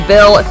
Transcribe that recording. Bill